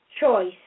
choice